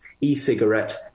E-cigarette